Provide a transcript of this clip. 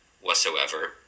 whatsoever